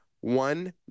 One